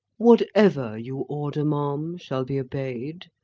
whatever you order, ma'am, shall be obeyed.